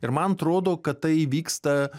ir man atrodo kad tai vyksta